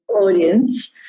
audience